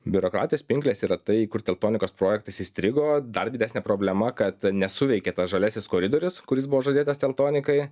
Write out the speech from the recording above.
biurokratijos pinklės yra tai kur teltonikos projektas įstrigo dar didesnė problema kad nesuveikė tas žaliasis koridorius kuris buvo žadėtas teltonikai